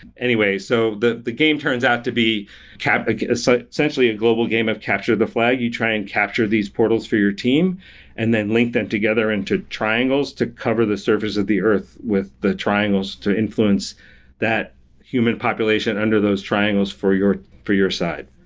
anyway, so the the game turns out to be so essentially, a global game of capture the flag. you try and capture these portals for your team and then link them together into triangles to cover the surface of the earth with the triangles to influence that human population under those triangles for your for your side.